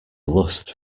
lust